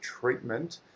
treatment